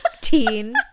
teen